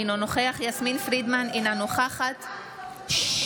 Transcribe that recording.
אינו נוכח יסמין פרידמן, אינה נוכחת ששש.